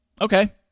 Okay